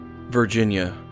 Virginia